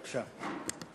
בבקשה.